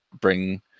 bring